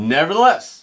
Nevertheless